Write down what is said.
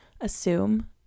assume